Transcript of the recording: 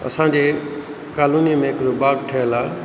असांजे कालोनीअ में हिकिड़ो ठहियलु आहे